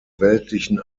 weltlichen